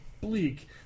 bleak